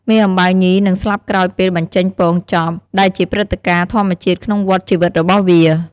មេអំបៅញីនឹងស្លាប់ក្រោយពេលបញ្ចេញពងចប់ ដែលជាព្រឹត្តិការណ៍ធម្មជាតិក្នុងវដ្តជីវិតរបស់វា។